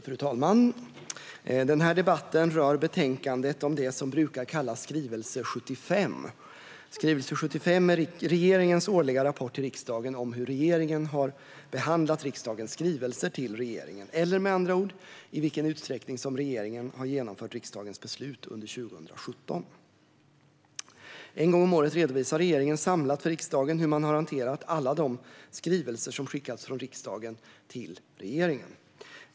Fru talman! Den här debatten rör betänkandet om det som brukar kallas skrivelse 75. Skrivelse 75 är regeringens årliga rapport till riksdagen om hur regeringen har behandlat riksdagens skrivelser till regeringen, eller med andra ord i vilken utsträckning som regeringen har genomfört riksdagens beslut under 2017. En gång om året redovisar regeringen samlat för riksdagen hur man har hanterat alla de skrivelser som har skickats från riksdagen till regeringen.